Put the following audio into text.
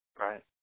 Right